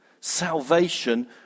Salvation